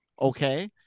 okay